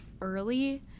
early